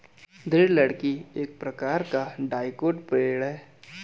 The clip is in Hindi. दृढ़ लकड़ी एक प्रकार का डाइकोट पेड़ है